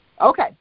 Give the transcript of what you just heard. Okay